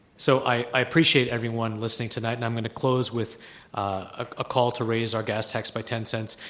so i i a ppreciate everyone listening tonight, and i'm going to close with a call to raise our gas tax by ten cents.